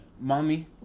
Mommy